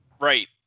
right